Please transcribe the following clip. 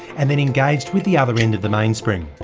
and then engaged with the other end of the mainspring,